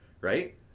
right